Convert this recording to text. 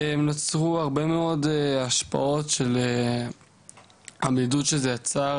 נוצרו הרבה השפעות של עמידות שזה יצר